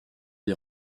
des